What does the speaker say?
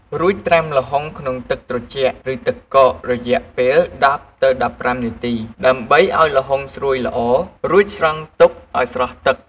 រួចត្រាំល្ហុងក្នុងទឹកត្រជាក់ ឬទឹកកករយៈពេល ១០-១៥ នាទី ដើម្បីឲ្យល្ហុងស្រួយល្អ រួចស្រង់ទុកឲ្យស្រស់ទឹក។